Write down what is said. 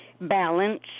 balance